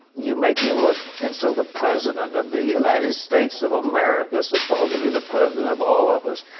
you make him look. and so the president of the united states of america, supposedly the president of all of us,